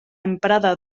emprada